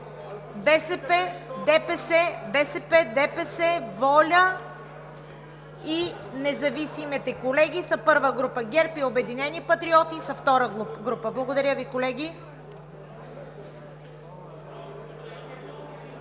БСП, ДПС, ВОЛЯ и независимите колеги. ГЕРБ и „Обединени патриоти“ са втора група. Благодаря Ви, колеги.